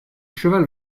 cheval